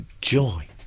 joy